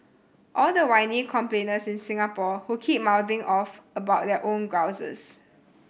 all the whiny complainers in Singapore who keep mouthing off about their own grouses